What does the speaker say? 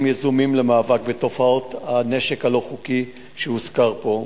יזומים למאבק בתופעות הנשק הלא-חוקי שהוזכר פה,